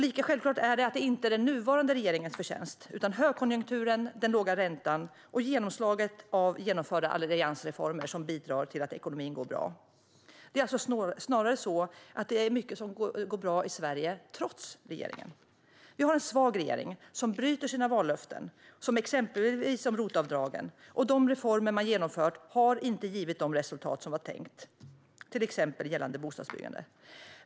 Lika självklart är det att det inte är den nuvarande regeringens förtjänst att ekonomin går bra, utan det är högkonjunkturen, den låga räntan och genomslaget av genomförda alliansreformer som bidrar till det. Det är alltså snarare så att det är mycket som går bra i Sverige trots regeringen. Vi har en svag regering som bryter sina vallöften, exempelvis om ROT-avdragen, och de reformer man genomfört har inte givit de resultat som det var tänkt - till exempel gällande bostadsbyggande.